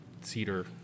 cedar